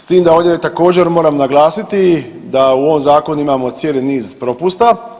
S tim da ovdje također moram naglasiti da u ovom zakonu imamo cijeli niz propusta.